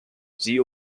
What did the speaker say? sie